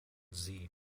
zee